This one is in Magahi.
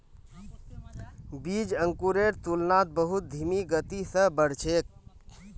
बीज अंकुरेर तुलनात बहुत धीमी गति स बढ़ छेक